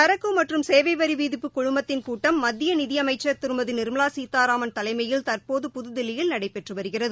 சரக்கு மற்றும் சேவை வரி விதிப்பு குழுமத்தின் கூட்டம் மத்திய நிதி அமைச்சர் திருமதி நிா்மலா சீதாராமன் தலைமையில் தற்போது புதுதில்லியில் நடைபெற்று வருகிறது